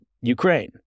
Ukraine